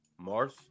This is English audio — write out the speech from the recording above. Mars